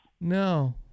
No